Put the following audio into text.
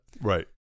Right